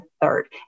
Third